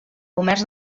comerç